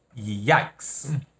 Yikes